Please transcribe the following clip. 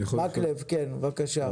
מקלב, בבקשה.